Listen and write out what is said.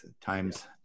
Times